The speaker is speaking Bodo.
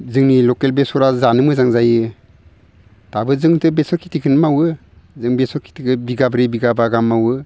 जोंनि लकेल बेसरा जानो मोजां जायो दाबो जों बेसर खिथिखोनो मावो जों बेसर खिथिखो बिगाब्रै बिगाबा गाहाम मावो